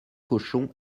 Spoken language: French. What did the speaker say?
cochons